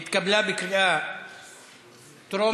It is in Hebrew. ההצעה התקבלה בקריאה טרומית,